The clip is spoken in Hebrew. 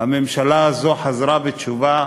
הממשלה הזאת חזרה בתשובה,